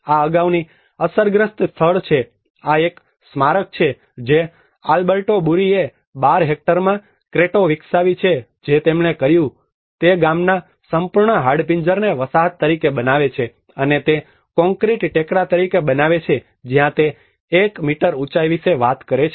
આ અગાઉની અસરગ્રસ્ત સ્થળ છે આ એક સ્મારક છે જે આલ્બર્ટો બુરીએ 12 હેક્ટરમાં ક્રેટો વિકસાવી છે જે તેમણે કર્યું તે તે ગામના સંપૂર્ણ હાડપિંજરને વસાહત તરીકે બનાવે છે અને તે કોંક્રિટ ટેકરા તરીકે બનાવે છે જ્યાં તે એક મીટર ઉંચાઇ વિશે વાત કરે છે